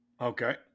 Okay